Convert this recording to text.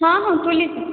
ହଁ ହଁ ତୋଳିଛି